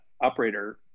operator